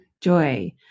joy